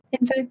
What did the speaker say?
info